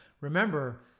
Remember